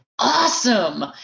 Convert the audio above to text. awesome